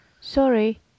Sorry